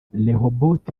rehoboth